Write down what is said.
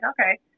Okay